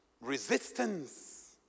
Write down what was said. Resistance